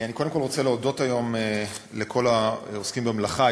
אני קודם כול רוצה להודות היום לכל העוסקים במלאכה.